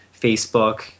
Facebook